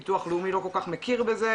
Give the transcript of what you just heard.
ביטוח לאומי לא כל כך מכיר בזה,